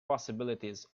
possibilities